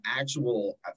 actual